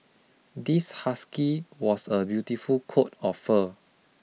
this husky was a beautiful coat of fur